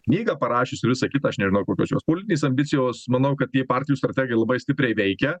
knygą parašius visa kita aš nežinau kokios jos politinės ambicijos manau kad tie partijų strategai labai stipriai veikia